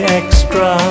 extra